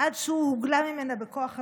עד שהוא הוגלה ממנה בכוח הזרוע.